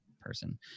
person